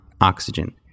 oxygen